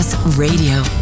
Radio